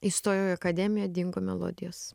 įstojau į akademiją dingo melodijos